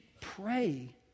pray